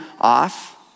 off